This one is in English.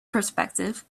perspective